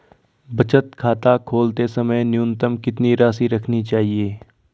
बचत खाता खोलते समय न्यूनतम कितनी राशि रखनी चाहिए?